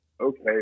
okay